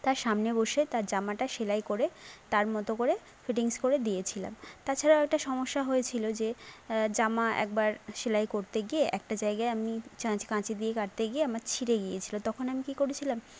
তার সামনে বসে তার জামাটা সেলাই করে তার মতো করে ফিটিংস করে দিয়েছিলাম তাছাড়া ওটা সমস্যা হয়েছিলো যে জামা একবার সেলাই করতে গিয়ে একটা জায়গায় আমি কাঁচি দিয়ে কাটতে গিয়ে আমার ছিঁড়ে গিয়েছিলো তখন আমি কি করেছিলাম